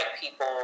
people